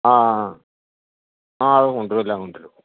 ആഹ് ആ അത് കൊണ്ടു വരും എല്ലാംകൊണ്ടുവരും